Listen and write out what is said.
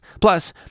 Plus